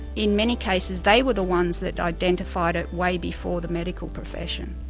in many cases they were the ones that identified it way before the medical profession.